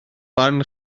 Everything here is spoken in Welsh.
barn